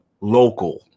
local